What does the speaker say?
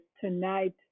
tonight